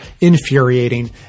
infuriating